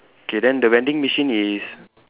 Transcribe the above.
okay then the vending machine is